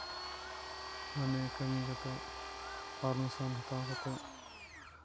ᱢᱟᱱᱮ ᱠᱟᱹᱢᱤ ᱠᱟᱛᱮ ᱯᱟᱨᱢᱤᱥᱚᱱ ᱦᱟᱛᱟᱣ ᱠᱟᱛᱮ